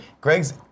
Greg's